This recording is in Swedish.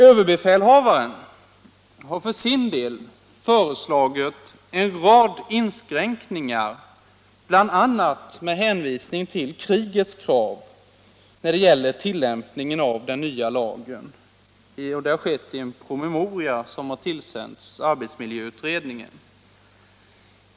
Överbefälhavaren har för sin del, bl.a. med hänvisning till krigets krav, i en promemoria som tillställts arbetsmiljöutredningen föreslagit en rad inskränkningar i tillämpningen av den nya lagen.